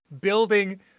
building